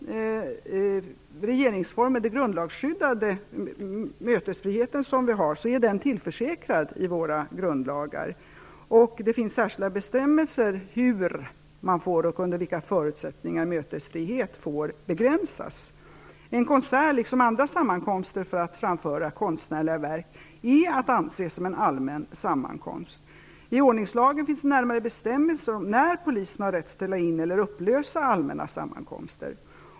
Den grundlagsskyddade mötesfriheten är tillförsäkrad i våra grundlagar. Det finns särskilda bestämmelser hur och under vilka förutsättningar mötesfrihet får begränsas. En konsert, liksom andra sammankomster för att framföra konstnärliga verk, är att anse som en allmän sammankomst. I ordningslagen finns närmare bestämmelser om när Polisen har rätt att ställa in eller upplösa allmänna sammankomster.